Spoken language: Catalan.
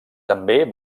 també